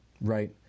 right